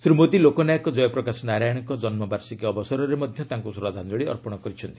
ଶ୍ରୀ ମୋଦୀ ଲୋକନାୟକ ଜୟପ୍ରକାଶ ନାରାୟଣଙ୍କ ଜନ୍ମ ବାର୍ଷିକୀ ଅବସରରେ ମଧ୍ୟ ତାଙ୍କୁ ଶ୍ରଦ୍ଧାଞ୍ଚଳୀ ଅର୍ପଣ କରିଛନ୍ତି